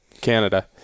Canada